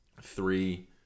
Three